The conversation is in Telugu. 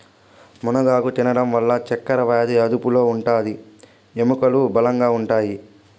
మునగాకు తినడం వల్ల చక్కరవ్యాది అదుపులో ఉంటాది, ఎముకలు బలంగా ఉంటాయి